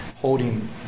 holding